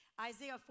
Isaiah